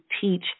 teach